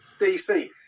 DC